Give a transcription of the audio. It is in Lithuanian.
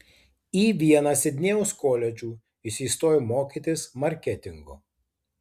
į vieną sidnėjaus koledžų jis įstojo mokytis marketingo